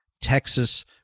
Texas